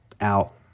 out